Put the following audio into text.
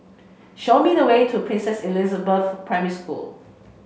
show me the way to Princess Elizabeth Primary School